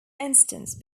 instance